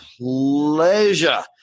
pleasure